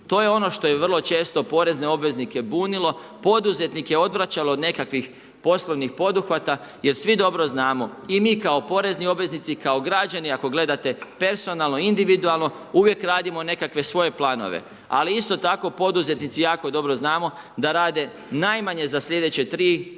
To je ono što je vrlo često porezne obveznike bunilo, poduzetnike odvraćalo od nekakvih poslovnih poduhvata jer svi dobro znamo i mi kao porezni obveznici i kao građani ako gledate personalno i individualno uvijek radimo nekakve svoje planove. Ali isto tako poduzetnici jako dobro znamo da rade najmanje za sljedeće 3, 5,